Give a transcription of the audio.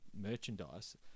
merchandise